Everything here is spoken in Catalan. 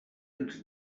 ens